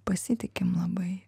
pasitikim labai